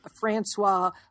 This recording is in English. Francois